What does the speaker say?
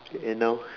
and now